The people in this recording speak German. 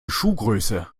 schuhgröße